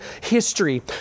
history